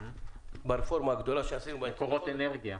ברפורמה הגדולה שעשינו במקורות האנרגיה,